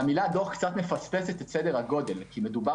והמילה דוח קצת מפספסת את סדר הגודל כי מדובר